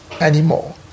anymore